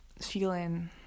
feeling